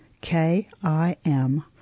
K-I-M